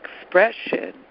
expression